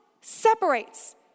separates